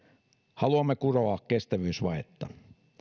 haluamme kuroa kestävyysvajetta